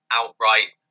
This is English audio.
outright